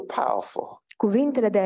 powerful